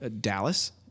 Dallas